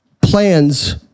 plans